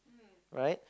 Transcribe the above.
right